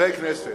חברי כנסת.